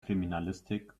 kriminalistik